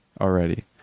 already